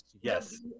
Yes